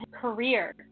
career